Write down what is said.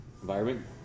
environment